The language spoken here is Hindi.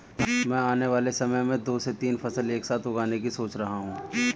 मैं आने वाले समय में दो से तीन फसल एक साथ उगाने की सोच रहा हूं